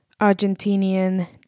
Argentinian